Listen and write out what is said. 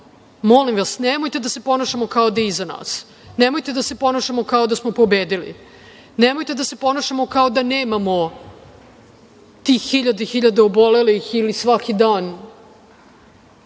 Molim vas, nemojte da se ponašamo kao da je iza nas. Nemojte da se ponašamo kao da smo pobedili. Nemojte da se ponašamo kao da nemamo tih hiljade i hiljade obolelih ili svaki dan